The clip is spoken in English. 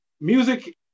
Music